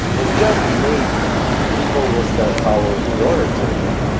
and just maybe people will start following your example.